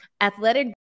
Athletic